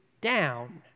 down